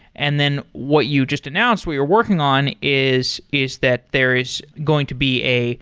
and then what you just announced what you're working on is is that there is going to be a